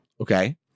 okay